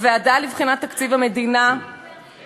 הוועדה לבחינת תקציב המדינה, מה זה תקציב מגדרי?